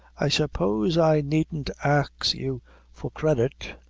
i suppose i needn't ax you for credit?